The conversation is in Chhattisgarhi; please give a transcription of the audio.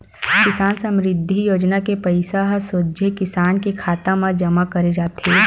किसान समरिद्धि योजना के पइसा ह सोझे किसान के खाता म जमा करे जाथे